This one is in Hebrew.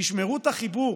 תשמרו את החיבור